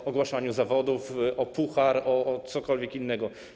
Do ogłaszania zawodów o puchar, o cokolwiek innego.